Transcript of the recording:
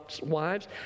wives